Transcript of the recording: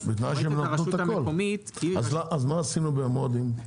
אז מועצת הרשות המקומית- -- אז מה עשינו במועדים?